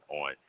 on